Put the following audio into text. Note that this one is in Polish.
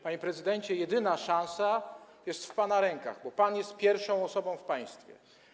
Panie prezydencie, jedyna szansa jest w pana rękach, bo pan jest pierwszą osobą w państwie.